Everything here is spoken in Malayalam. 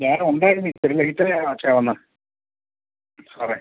ഞാനുണ്ടായിരുന്നു ഇപ്പോൾ ലേറ്റായാണ് മാഷേ വന്നേ സാറേ